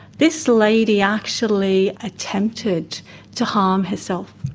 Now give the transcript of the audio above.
this lady actually attempted to harm herself,